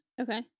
Okay